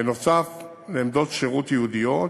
בנוסף, יש עמדות שירות ייעודיות